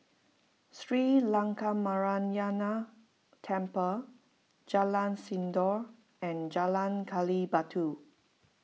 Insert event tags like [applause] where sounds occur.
Sri Lankaramaya [unintelligible] Temple Jalan Sindor and Jalan Gali Batu